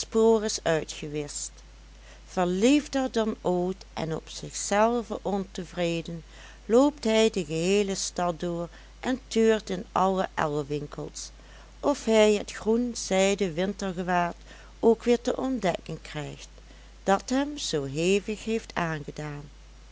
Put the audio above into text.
spoor is uitgewischt verliefder dan ooit en op zichzelven ontevreden loopt hij de geheele stad door en tuurt in alle ellewinkels of hij het groenzijden wintergewaad ook weer te ontdekken krijgt dat hem zoo hevig heeft aangedaan